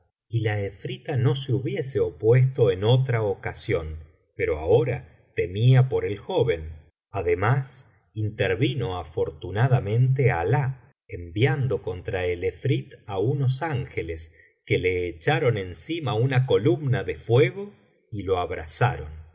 y la efrita no se hubiese opuesto en otra ocasión pero ahora temía por el joven ade biblioteca valenciana generalitat valenciana historia del visib nureddin más intervino afortunadamente alah enviando contra el efrit á unos ángeles que le echaron encima una columna de fuego y lo abrasaron